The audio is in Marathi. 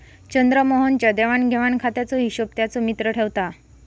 चंद्रमोहन च्या देवाण घेवाण खात्याचो हिशोब त्याचो मित्र ठेवता